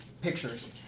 pictures